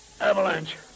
Avalanche